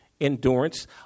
endurance